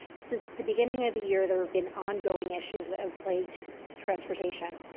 since the beginning of the year there have been ongoing issues that have plagued transportation.